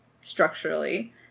structurally